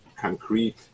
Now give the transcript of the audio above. concrete